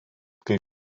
kai